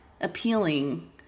appealing